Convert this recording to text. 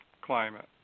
climate